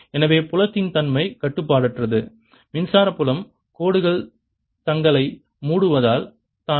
எனவே புலத்தின் தன்மை கட்டுப்பாடற்றது மின்சார புலம் கோடுகள் தங்களை மூடுவதால் தான்